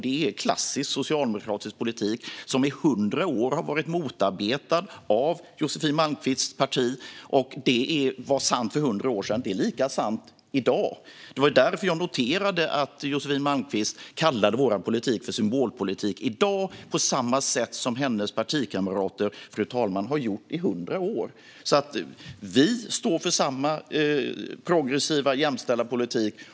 Det är klassisk socialdemokratisk politik, som i 100 år har varit motarbetad av Josefin Malmqvists parti. Det var sant för 100 år sedan. Det är lika sant i dag. Det var därför jag noterade att Josefin Malmqvist i dag kallade vår politik för symbolpolitik, på samma sätt som hennes partikamrater har gjort i 100 år, fru talman. Vi står alltså för samma progressiva jämställdhetspolitik.